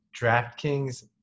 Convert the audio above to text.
DraftKings